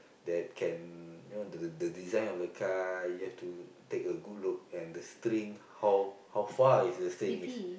that can you know the the the design of the kite you have to take a good look and the string how how far is the string is